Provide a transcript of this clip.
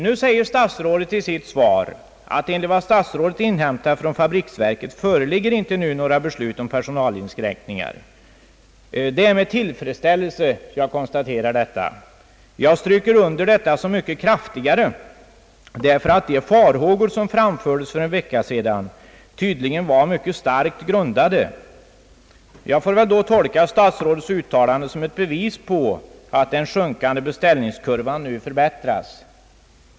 Nu säger statsrådet i sitt svar att enligt vad statsrådet inhämtat från fabriksverket några beslut om personalinskränkningar nu inte föreligger. Det är med tillfredsställelse jag konstaterar detta, och jag stryker under det så mycket kraftigare därför att de farhågor som framförts för en vecka sedan tydligen var mycket starkt grundade. Jag får väl då tolka statsrådets uttalande som ett bevis på att den sjunkande beställningskurvan nu förbättrats.